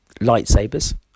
lightsabers